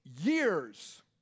years